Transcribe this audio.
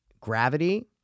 Gravity